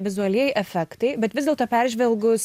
vizualieji efektai bet vis dėlto peržvelgus